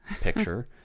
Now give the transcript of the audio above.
picture